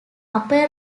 upper